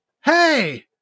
hey